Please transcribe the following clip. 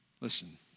Listen